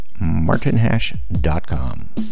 martinhash.com